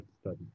study